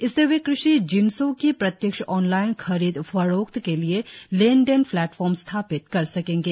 इससे वे कृषि जिन्सों की प्रत्यक्ष ऑनलाइन खरीद फरोख्त के लिए लेन देन प्लेटफॉर्म स्थापित कर सकेंगे